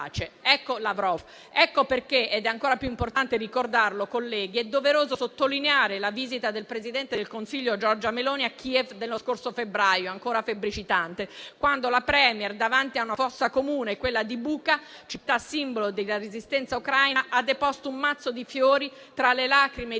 una pace. Ecco perché - ed è ancora più importante ricordarlo, colleghi - è doveroso sottolineare la visita del presidente del Consiglio Giorgia Meloni a Kiev dello scorso febbraio, ancora febbricitante, quando la *Premier* davanti a una fossa comune, quella di Buča, città simbolo della resistenza ucraina, ha deposto un mazzo di fiori tra le lacrime di tutti